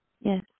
yes